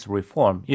reform